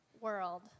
world